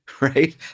right